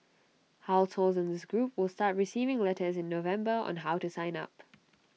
households in this group will start receiving letters in November on how to sign up